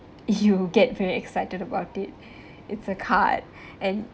you get very excited about it it's a card and